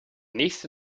nächste